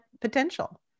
potential